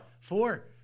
four